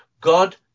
God